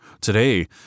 Today